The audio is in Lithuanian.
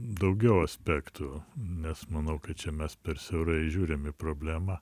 daugiau aspektų nes manau kad čia mes per siaurai žiūrim į problemą